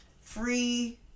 free